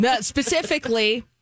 Specifically